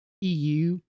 EU